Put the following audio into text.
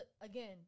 again